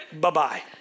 bye-bye